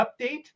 update